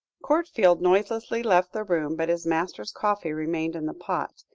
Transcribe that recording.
courtfield noiselessly left the room, but his master's coffee remained in the pot,